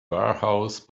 warehouse